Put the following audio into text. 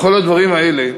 בכל הדברים האלה